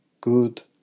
good